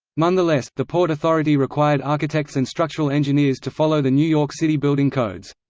nonetheless, the port authority required architects and structural engineers to follow the new york city building codes.